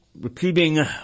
Repeating